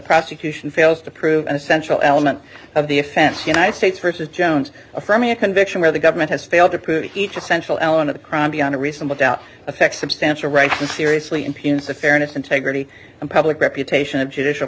prosecution fails to prove an essential element of the offense united states versus jones affirming a conviction where the government has failed to prove each essential element of the crime beyond a reasonable doubt effects substantial right to seriously impugns the fairness integrity and public reputation of judicial